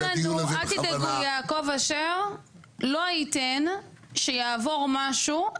יעקב אשר לא ייתן שיעבור משהו.